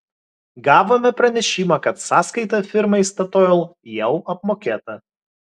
gavome pranešimą kad sąskaita firmai statoil jau apmokėta